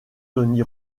tony